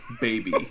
baby